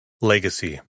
Legacy